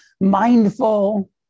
mindful